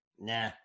Nah